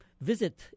visit